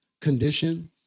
condition